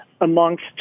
amongst